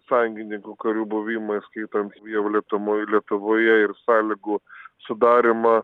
sąjungininkų karių buvimą įskaitant jav lietamoj lietuvoje ir sąlygų sudarymą